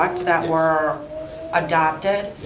correct, that were adopted.